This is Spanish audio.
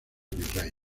virrey